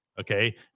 okay